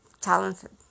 Talented